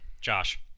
Josh